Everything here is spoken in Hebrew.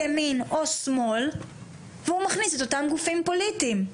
ימין או שמאל והוא מכניס את אותם גופים פוליטיים.